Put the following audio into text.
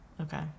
okay